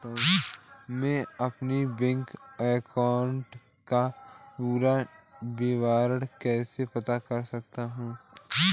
मैं अपने bank account का पूरा विवरण कैसे पता कर सकता हूँ?